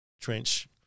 trench